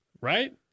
right